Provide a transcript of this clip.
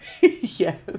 Yes